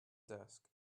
desk